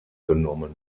genommen